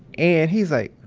and he's like,